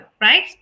right